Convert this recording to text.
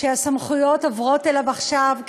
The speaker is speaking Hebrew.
שהסמכויות עוברות אליו עכשיו,